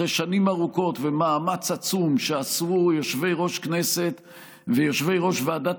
אחרי שנים ארוכות ומאמץ עצום שעשו יושבי-ראש כנסת ויושבי-ראש ועדת